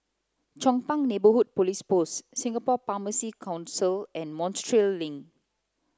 Chong Pang Neighbourhood Police Post Singapore Pharmacy Council and Montreal Link